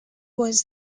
was